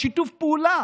לשיתוף פעולה